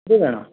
जी भेण